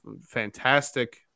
fantastic